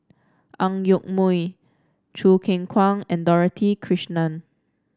Ang Yoke Mooi Choo Keng Kwang and Dorothy Krishnan